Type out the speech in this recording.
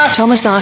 Thomas